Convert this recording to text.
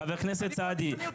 חבר הכנסת סעדי,